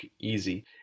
easy